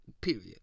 Period